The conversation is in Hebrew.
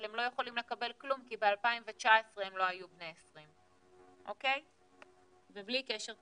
אבל הם לא יכולים לקבל כלום כי ב-2019 הם לא היו בני 20. ובלי קשר,